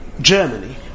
Germany